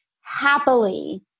happily